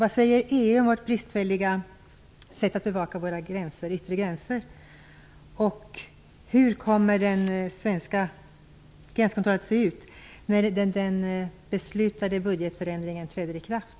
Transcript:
Vad säger EU om vårt bristfälliga sätt att bevaka våra yttre gränser? Hur kommer den svenska gränskontrollen att se ut när den beslutade budgetförändringen träder i kraft?